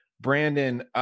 Brandon